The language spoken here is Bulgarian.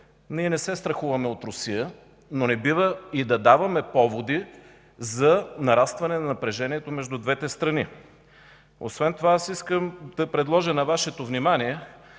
ние не се страхуваме от Русия, но не бива и да даваме поводи за нарастването на напрежението между двете страни. Освен това аз искам да предложа на Вашето внимание